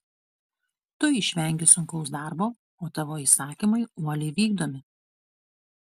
tu išvengi sunkaus darbo o tavo įsakymai uoliai vykdomi